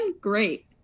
great